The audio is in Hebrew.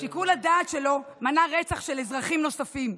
שיקול הדעת שלו מנע רצח של אזרחים נוספים.